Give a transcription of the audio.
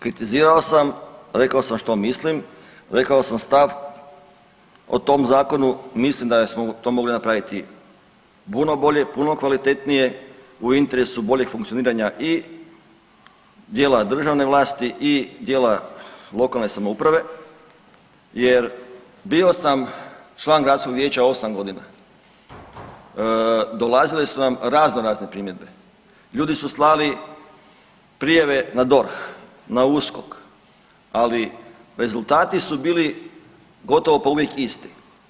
Kritizirao sam, rekao sam što mislim, rekao sam stav o tom zakonu, mislim da smo to mogli napraviti puno bolje, puno kvalitetnije u interesu boljeg funkcioniranja i dijela državne vlasti i dijela lokalne samouprave jer bio sam član gradskog vijeća osam godina, dolazile su nam raznorazne primjedbe, ljudi su slali prijave na DORH, na USKOK, ali rezultati su bili gotovo pa uvijek isti.